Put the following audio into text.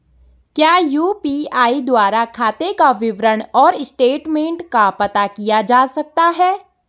क्या यु.पी.आई द्वारा खाते का विवरण और स्टेटमेंट का पता किया जा सकता है?